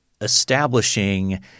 establishing